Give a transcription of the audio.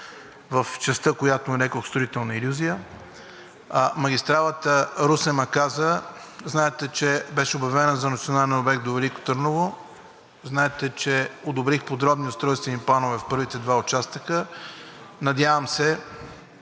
в частта, която нарекох строителна илюзия. Магистралата Русе – Маказа, знаете, че беше обявена за национален обект до Велико Търново. Знаете, че одобрих подробни устройствени планове в първите два участъка. Надявам се